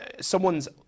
someone's